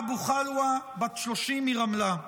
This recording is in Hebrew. דועאא אבו חלאוה, בת 30, מרמלה,